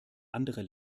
anderer